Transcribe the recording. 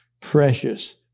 precious